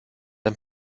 ein